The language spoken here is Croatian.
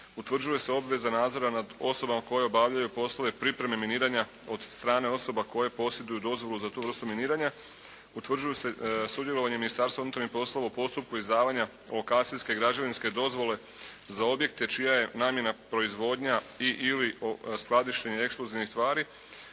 Utvrđuje se obveza nadzora nad osobama koje obavljaju poslove pripreme miniranja od strane osoba koje posjeduju dozvolu za tu vrstu miniranja. Utvrđuje se sudjelovanje Ministarstva unutarnjih poslova u postupku izdavanja lokacijske, građevinske dozvole za objekte čija je namjena proizvodnja i, ili skladištenje eksplozivnih tvari.